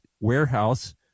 warehouse